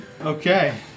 Okay